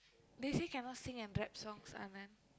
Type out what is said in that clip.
they say cannot sing and rap songs Anand